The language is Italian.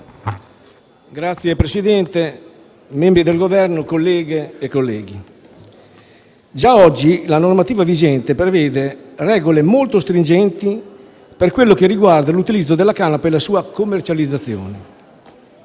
Signor Presidente, membri del Governo, colleghe e colleghi, già oggi la normativa vigente prevede regole molto stringenti per quello che riguarda l'utilizzo della canapa e la sua commercializzazione.